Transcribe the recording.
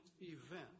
event